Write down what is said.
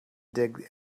dig